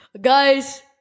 guys